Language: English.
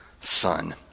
son